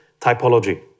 typology